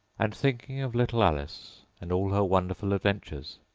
and thinking of little alice and all her wonderful adventures,